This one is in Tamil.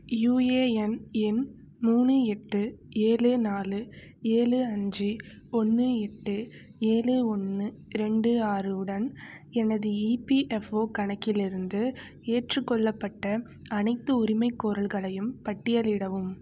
யூஏஎன் எண் மூணு எட்டு ஏழு நாலு ஏழு அஞ்சு ஒன்று எட்டு ஏழு ஒன்று ரெண்டு ஆறு உடன் எனது இபிஎஃப்ஓ கணக்கிலிருந்து ஏற்றுக் கொள்ளப்பட்ட அனைத்து உரிமைக் கோரல்களையும் பட்டியலிடவும்